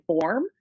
form